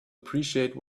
appreciate